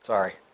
Sorry